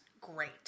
great